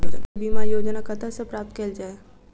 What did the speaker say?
फसल बीमा योजना कतह सऽ प्राप्त कैल जाए?